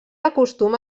acostuma